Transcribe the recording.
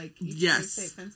Yes